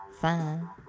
Fine